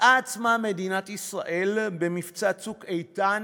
מצאה עצמה מדינת ישראל במבצע "צוק איתן",